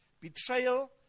Betrayal